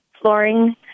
flooring